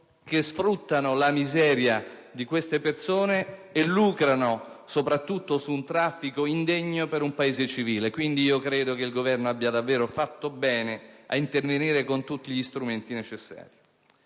che sfruttano la miseria di queste persone e soprattutto lucrano su un traffico indegno per un Paese civile. Credo pertanto che il Governo abbia fatto davvero bene ad intervenire con tutti gli strumenti necessari.